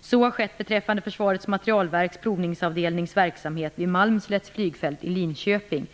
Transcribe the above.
Så har skett beträffande Försvarets materielverks provningsavdelnings verksamhet vid Malmslätts flygfält i Linköping.